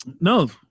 No